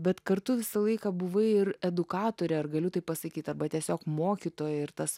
bet kartu visą laiką buvai ir edukatorė ar galiu taip pasakyt arba tiesiog mokytoja ir tas